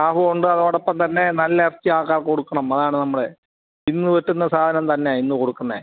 ലാഭം ഉണ്ട് അതോടൊപ്പം തന്നെ നല്ല ഇറച്ചി ആൾക്കാർക്ക് കൊടുക്കണം അതാണ് നമ്മളുടെ ഇന്ന് വെട്ടുന്ന സാധനം തന്നെയാണ് ഇന്ന് കൊടുക്കുന്നത്